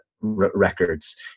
records